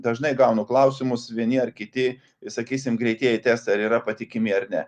dažnai gaunu klausimus vieni ar kiti sakysim greitieji testai ar yra patikimi ar ne